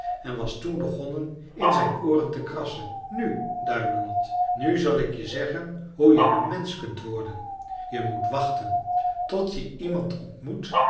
en was toen begonnen in zijn ooren te krassen nu duimelot nu zal ik je zeggen hoe je een mensch kunt worden je moet wachten tot je iemand ontmoet